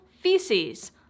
feces